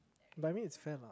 but I mean it's fair lah